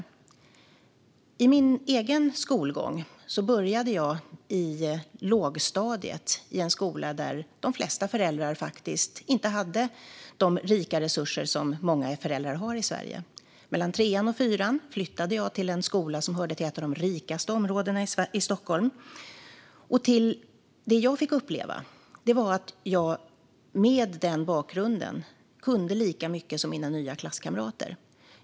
Under min egen skolgång började jag i lågstadiet i en skola där de flesta föräldrar inte hade de rika resurser som många föräldrar har i Sverige. Mellan trean och fyran flyttade jag till en skola som hörde till ett av de rikaste områdena i Stockholm, och det jag fick uppleva var att jag med min bakgrund kunde lika mycket som mina nya klasskamrater.